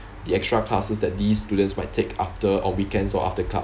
the extra classes that these students might take after on weekends or after class